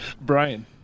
Brian